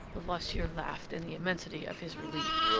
levasseur laughed in the immensity of his relief.